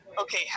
okay